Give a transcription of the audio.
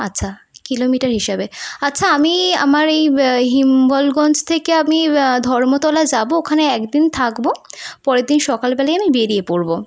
আচ্ছা কিলোমিটার হিসাবে আচ্ছা আমি আমার এই হিম্বলগঞ্জ থেকে আমি ধর্মতলা যাবো ওখানে এক দিন থাকবো পরের দিন সকালবেলাই আমি বেরিয়ে পড়বো